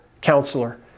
Counselor